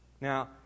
Now